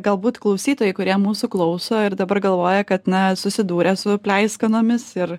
galbūt klausytojai kurie mūsų klauso ir dabar galvoja kad na susidūrę su pleiskanomis ir